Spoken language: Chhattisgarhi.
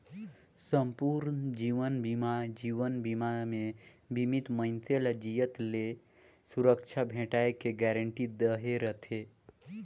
संपूर्न जीवन बीमा जीवन बीमा मे बीमित मइनसे ल जियत ले सुरक्छा भेंटाय के गारंटी दहे रथे